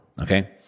Okay